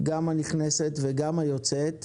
גם הנכנסת וגם היוצאת,